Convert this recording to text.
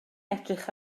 edrych